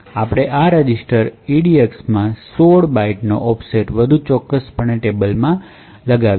પછી આપણે આ રજિસ્ટર ઇડીએક્સમાં 16 બાઇટ્સનો ઓફસેટ વધુ ચોક્કસપણે ટેબલમાં લગાવીએ છીએ